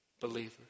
believers